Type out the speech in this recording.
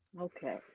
Okay